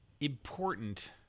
important